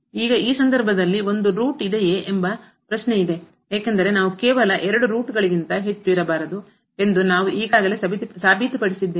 ಆದರೆ ಈಗ ಈ ಸಂದರ್ಭದಲ್ಲಿ ಒಂದು ರೂಟ್ ಇದೆಯೇ ಎಂಬ ಪ್ರಶ್ನೆ ಇದೆ ಏಕೆಂದರೆ ನಾವು ಕೇವಲ ಎರಡು ರೂಟ್ಗಳಿಗಿಂತ ಹೆಚ್ಚು ಇರಬಾರದು ಎಂದು ನಾವು ಈಗಲೇ ಸಾಬೀತುಪಡಿಸಿದ್ದೇವೆ